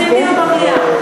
אנחנו רוצים דיון במליאה.